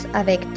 avec